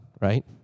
right